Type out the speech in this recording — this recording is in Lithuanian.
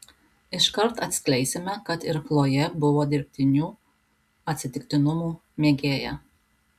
iškart atskleisime kad ir chlojė buvo dirbtinių atsitiktinumų mėgėja